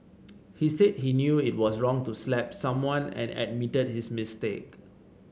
he said he knew it was wrong to slap someone and admitted his mistake